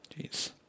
Jeez